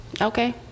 Okay